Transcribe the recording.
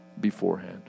beforehand